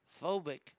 Phobic